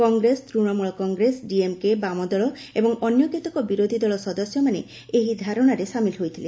କଂଗ୍ରେସ ତୂଣମୂଳ କଂଗ୍ରେସ ଡିଏମ୍କେ ବାମ ଦଳ ଏବଂ ଅନ୍ୟ କେତେକ ବିରୋଧି ଦଳ ସଦସ୍ୟମାନେ ଏହି ଧାରଣାରେ ସାମିଲ୍ ହୋଇଥିଲେ